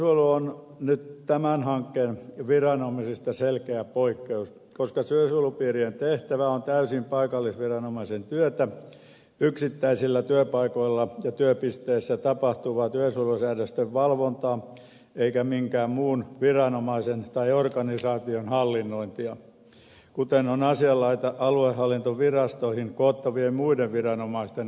työsuojelu on nyt tämän hankkeen viranomaisista selkeä poikkeus koska työsuojelupiirien tehtävä on täysin paikallisviranomaisen työtä yksittäisillä työpaikoilla ja työpisteissä tapahtuvaa työsuojelusäädösten valvontaa eikä minkään muun viranomaisen tai organisaation hallinnointia kuten on asianlaita aluehallintovirastoihin koottavien muiden viranomaisten osalta